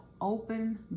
open